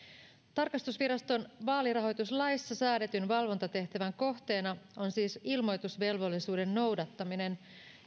tarkastusviraston vaalirahoituslaissa säädetyn valvontatehtävän kohteena on siis ilmoitusvelvollisuuden noudattaminen